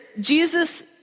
Jesus